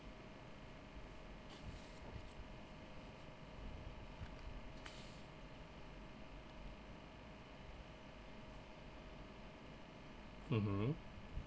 mmhmm